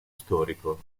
storico